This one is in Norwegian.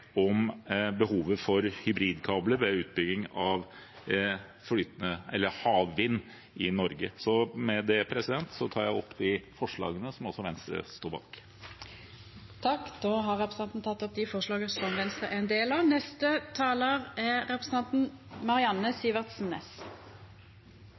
om behovet for hybridkabler ved utbygging av havvind i Norge. Med det tar jeg opp de forslagene som Venstre står bak. Representanten Ola Elvestuen har teke opp dei forslaga han refererte til. Det er godt kjent at Norge har nytt godt av